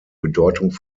bedeutung